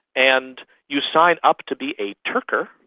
and you sign up to be a turker,